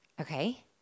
Okay